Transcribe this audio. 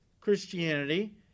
Christianity